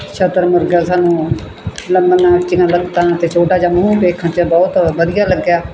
ਛਤਰ ਮੁਰਗ ਹੈ ਸਾਨੂੰ ਲੰਬੀਆਂ ਉੱਚੀਆਂ ਲੱਤਾਂ ਅਤੇ ਛੋਟਾ ਜਿਹਾ ਮੂੰਹ ਵੇਖਣ 'ਚ ਬਹੁਤ ਵਧੀਆ ਲੱਗਿਆ